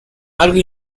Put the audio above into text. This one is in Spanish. algo